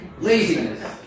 Laziness